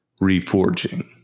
reforging